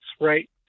right